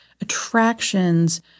attractions